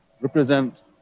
represent